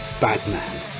Batman